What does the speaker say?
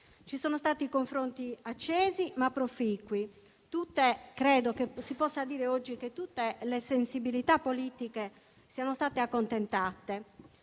Ci sono stati confronti accesi, ma proficui. Credo si possa dire che tutte le sensibilità politiche siano state accontentate.